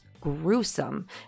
gruesome